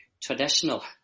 traditional